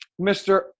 mr